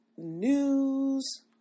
news